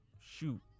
shoot